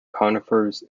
conifers